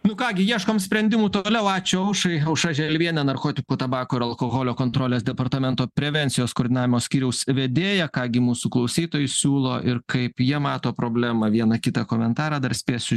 nu ką gi ieškom sprendimų toliau ačiū aušrai aušra želvienė narkotikų tabako ir alkoholio kontrolės departamento prevencijos koordinavimo skyriaus vedėja ką gi mūsų klausytojai siūlo ir kaip jie mato problemą vieną kitą komentarą dar spėsiu